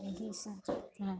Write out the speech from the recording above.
यही सब हैं